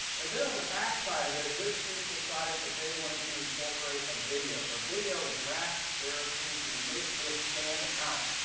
and then on the back side of it, this student decided that they wanted to incorporate a video, a video to grasp their attention and make this stand out,